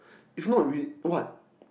if not we what